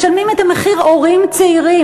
משלמים את המחיר הורים צעירים.